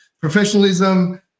professionalism